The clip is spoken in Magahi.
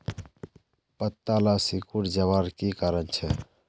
पत्ताला सिकुरे जवार की कारण छे?